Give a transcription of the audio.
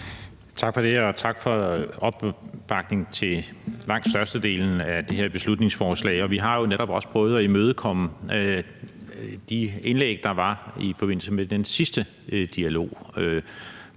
Tak for det, og tak for opbakningen til langt størstedelen af det her beslutningsforslag. Vi har jo netop også prøvet at være imødekommende i forhold til de indlæg, der var i forbindelse med den sidste dialog,